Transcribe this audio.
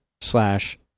slash